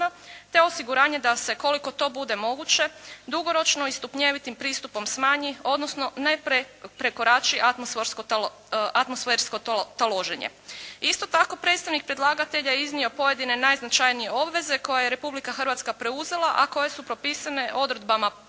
te osiguranje da se koliko to bude moguće dugoročno i stupnjevitim pristupom smanji odnosno ne prekorači atmosfersko taloženje. Isto tako predstavnik predlagatelja je iznio pojedine najznačajnije obveze koje je Republika Hrvatska preuzela a koje su propisane odredbama